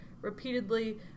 repeatedly